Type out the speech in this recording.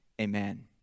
amen